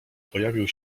pojawił